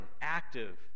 active